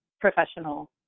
professional